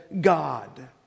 God